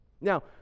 Now